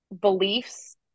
beliefs